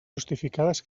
justificades